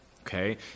Okay